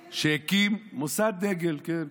שהקימה, מוסד דגל, כן,